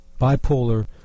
bipolar